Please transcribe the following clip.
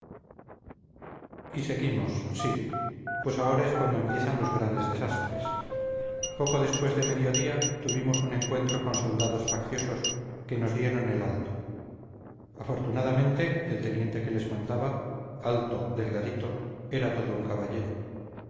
y seguimos sí pues ahora es cuando empiezan los grandes desastres poco después de medio día tuvimos un encuentro con soldados facciosos que nos dieron el alto afortunadamente el teniente que les mandaba alto delgadito era todo un caballero